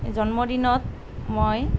জন্মদিনত মই